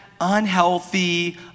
unhealthy